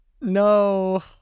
No